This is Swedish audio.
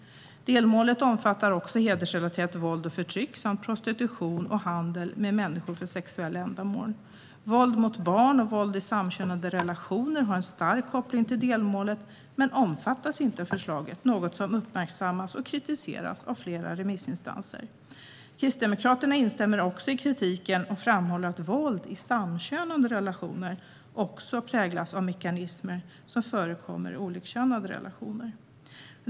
Delmålet omfattar också hedersrelaterat våld och förtryck samt prostitution och handel med människor för sexuella ändamål. Våld mot barn och våld i samkönade relationer har en stark koppling till delmålet men omfattas inte av förslaget, något som uppmärksammas och kritiseras av flera remissinstanser. Kristdemokraterna instämmer i kritiken och framhåller att våld i samkönade relationer också präglas av mekanismer som förekommer i olikkönade relationer.